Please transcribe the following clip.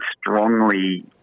strongly